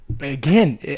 Again